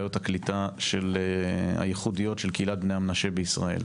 בעיות הקליטה הייחודיות של קהילת בני המנשה בישראל.